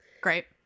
great